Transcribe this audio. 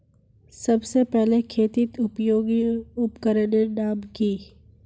सबसे पहले खेतीत उपयोगी उपकरनेर नाम की?